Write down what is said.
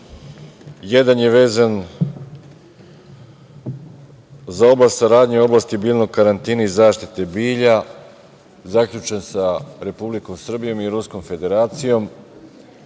Jedan je vezan za saradnju u oblasti biljnog karantina i zaštite bilja zaključen sa Republikom Srbijom i Ruskom Federacijom. Kao